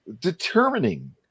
determining